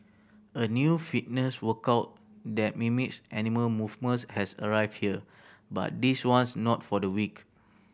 a new fitness workout that mimics animal movements has arrived here but this one's not for the weak